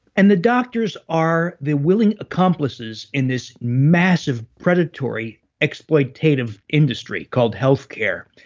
and the doctors are the willing accomplices in this massive predatory exploitative industry called healthcare,